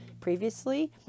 previously